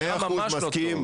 זה נראה ממש לא טוב.